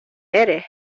eres